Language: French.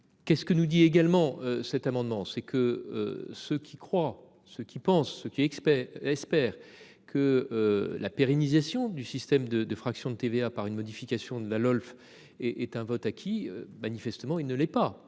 Qu'est ce que nous dit également cet amendement c'est que. Ceux qui croient ce qu'il pensent ce qui XP espère. Que la pérennisation du système de de fraction de TVA par une modification de la LOLF et est un vote acquis, manifestement il ne l'est pas,